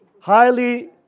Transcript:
Highly